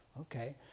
okay